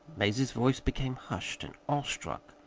mazie's voice became hushed and awestruck.